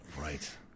Right